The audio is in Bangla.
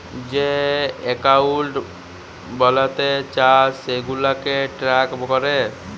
যে একাউল্ট বালাতে চায় সেগুলাকে ট্র্যাক ক্যরে